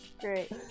Great